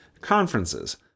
conferences